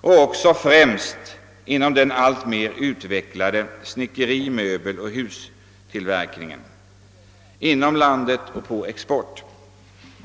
och framför allt inom den alltmer utvecklade snickeri-, möbeloch hustillverkningen, avseende såväl den inhemska marknaden som exportmarknaden.